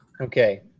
Okay